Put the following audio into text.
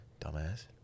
Dumbass